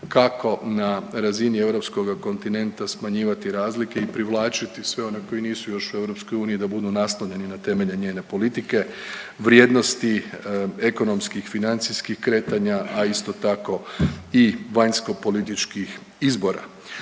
kako na razini europskoga kontinenta smanjivati razlike i privlačiti sve one koji nisu još u EU da budu naslonjeni na temelje njene politike, vrijednosti ekonomskih, financijskih kretanja, a isto tako i vanjsko-političkih izbora.